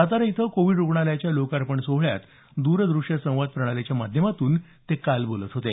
सातारा इथं कोविड रुग्णालयाच्या लोकार्पण सोहळ्यात द्रदुश्य संवाद प्रणालीच्या माध्यमातून ते बोलत होते